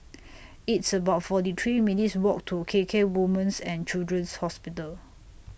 It's about forty three minutes' Walk to K K Women's and Children's Hospital